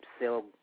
sell